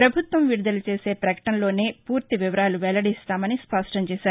పభుత్వం విడుదల చేసే ప్రకటనలోనే పూర్తి వివరాలు వెల్లడిస్తామని స్పష్టం చేశారు